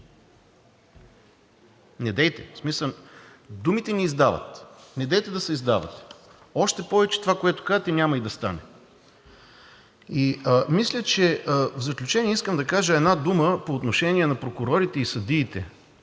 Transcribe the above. Недейте, думите ни издават. Недейте да се издавате. Още повече че това, което казвате, няма и да стане. В заключение искам да кажа една дума по отношение на прокурорите и съдиите